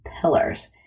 pillars